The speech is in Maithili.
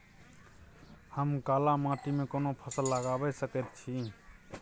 हम काला माटी में कोन फसल लगाबै सकेत छी?